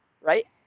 right